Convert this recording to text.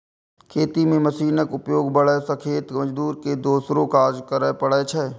खेती मे मशीनक उपयोग बढ़ै सं खेत मजदूर के दोसरो काज करै पड़ै छै